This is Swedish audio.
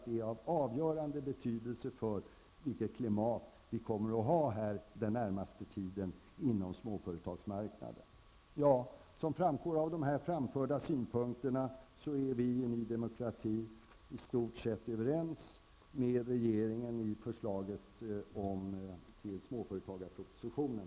Det är av avgörande betydelse för vilket klimat vi kommer att ha den närmaste tiden inom småföretagsmarknaden. Herr talman! Som framgår av de framförda synpunkterna är vi i Ny Demokrati i stort sett överens med regeringen när det gäller förslagen i småföretagarpropositionen.